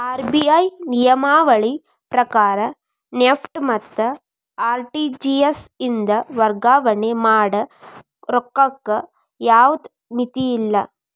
RBI ನಿಯಮಾವಳಿ ಪ್ರಕಾರ NEFT ಮತ್ತ ಆರ್.ಟಿ.ಜಿ.ಎಸ್ ಇಂದ ವರ್ಗಾವಣೆ ಮಾಡ ರೊಕ್ಕಕ್ಕ ಯಾವ್ದ್ ಮಿತಿಯಿಲ್ಲ